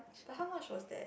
but how much was that